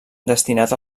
destinat